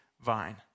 vine